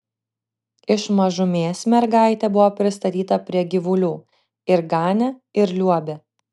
iš mažumės mergaitė buvo pristatyta prie gyvulių ir ganė ir liuobė